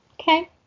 Okay